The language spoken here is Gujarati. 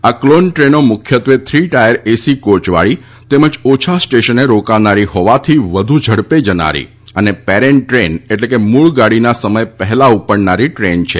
આ કલોન ટ્રેનો મુખ્યત્વે થ્રી ટાયર એસી કોયવાળી તેમજ ઓછા સ્ટેશને રોકાનારી હોવાથી વધુ ઝડપે જનારી અને પેરેન્ટ ટ્રેન એટલે કે મૂળ ગાડીના સમય પહેલા ઉપડનારી ટ્રેન છે